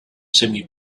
semi